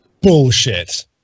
Bullshit